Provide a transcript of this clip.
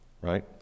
Right